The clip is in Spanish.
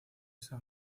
esa